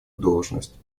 должность